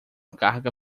carga